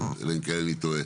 אלא אם כן אני טועה,